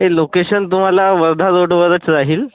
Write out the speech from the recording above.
हे लोकेशन तुम्हाला वर्धा रोडवरच राहील